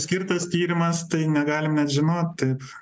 skirtas tyrimas tai negalim mes žinot taip